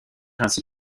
ainsi